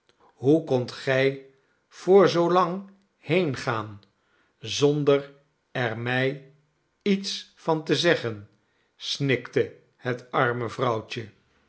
hoe kondt gij voor zoolang heengaan zonder er mij iets van te zeggen snikte het arme vrouwtje